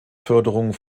förderung